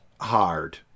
hard